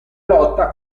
lotta